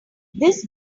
this